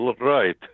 right